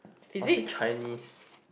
I'll say Chinese